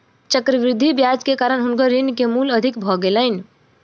चक्रवृद्धि ब्याज के कारण हुनकर ऋण के मूल अधिक भ गेलैन